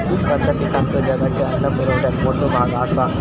कंद पिकांचो जगाच्या अन्न पुरवठ्यात मोठा भाग आसा